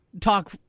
talk